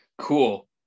Cool